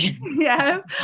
yes